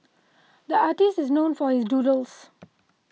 the artist is known for his doodles